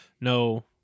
no